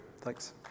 Thanks